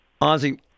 Ozzy